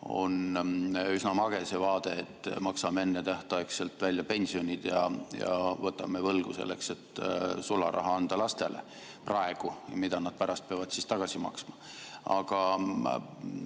on üsna mage see vaade, et maksame ennetähtaegselt välja pensionid ja võtame võlgu selleks, et praegu anda lastele sularaha, mida nad pärast peavad tagasi maksma.